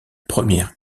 première